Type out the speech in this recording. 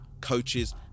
coaches